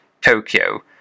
Tokyo